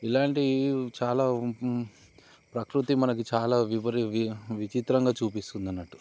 ఇలాంటివి చాలా ప్రకృతి మనకి చాలా విచిత్రంగా చూపిస్తుంది అన్నట్టు